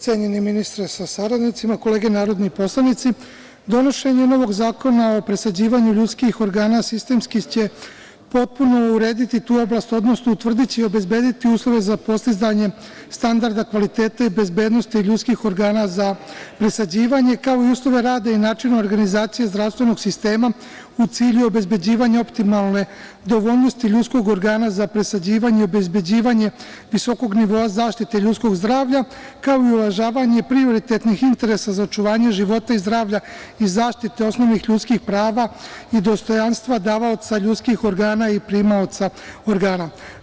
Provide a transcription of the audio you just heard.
Cenjeni ministre sa saradnicima, kolege narodni poslanici, donošenje novog zakona o presađivanju ljudskih organa sistemski će potpuno urediti tu oblast, odnosno utvrdiće i obezbediti uslove za postizanje standarda kvaliteta i bezbednosti ljudskih organa za presađivanje, kao i uslove rada i načine organizacije zdravstvenog sistema, u cilju obezbeđivanja optimalne dovoljnosti ljudskog organa za presađivanje i obezbeđivanje visokog nivoa zaštite ljudskog zdravlja, kao i uvažavanje prioritetnih interesa za očuvanje života i zdravlja i zaštite osnovnih ljudskih prava i dostojanstva davaoca ljudskih organa i primaoca organa.